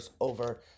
over